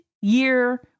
year